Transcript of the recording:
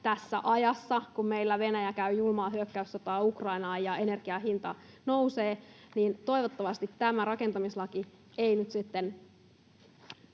tässä ajassa, kun meillä Venäjä käy julmaa hyökkäyssotaa Ukrainaan ja energian hinta nousee, ja tämä rakentamislaki eivät sillä,